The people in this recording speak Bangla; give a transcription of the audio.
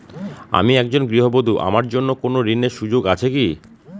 আমি একজন গৃহবধূ আমার জন্য কোন ঋণের সুযোগ আছে কি?